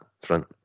front